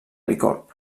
bicorb